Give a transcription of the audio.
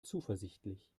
zuversichtlich